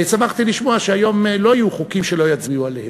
שמחתי לשמוע שהיום לא יהיו חוקים שלא יצביעו עליהם.